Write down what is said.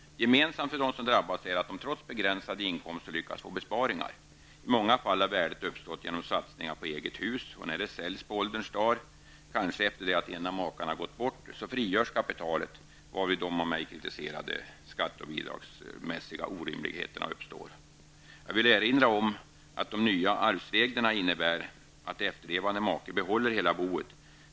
Gemensamt för dem som drabbas är att det trots begränsade inkomster lyckats få ihop besparingar. I många fall har besparingarna uppstått genom satsningar på ett eget hus. När man på ålderns dagar säljer huset, kanske efter det att en av makarna har gått bort, frigörs kapitalet, varvid de av mig kritiserade skatte och bidragsmässiga reglerna uppstår. Jag vill erindra om att de nya arvsreglerna innebär att efterlevande make behåller hela boet.